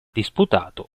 disputato